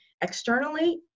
Externally